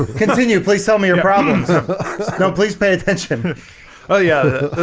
continue please tell me your problems no please pay attention oh, yeah,